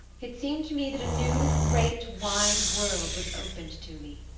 it seemed to me that a new, great, wide world was opened to me.